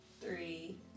three